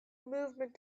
movement